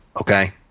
Okay